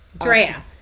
Drea